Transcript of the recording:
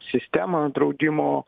sistemą draudimo